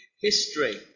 history